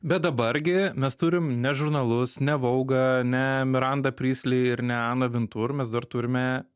bet dabar gi mes turim ne žurnalus ne vougą ne mirandą prisli ir ne aną vintur mes dar turime